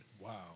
Wow